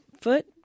Foot